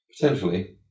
Potentially